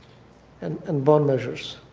and and bond measures.